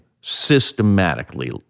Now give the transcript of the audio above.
systematically